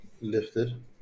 lifted